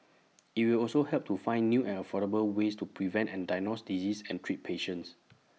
IT will also help to find new and affordable ways to prevent and diagnose diseases and treat patients